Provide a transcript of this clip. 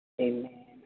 Amen